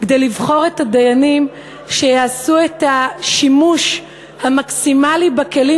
כדי לבחור את הדיינים שיעשו את השימוש המקסימלי בכלים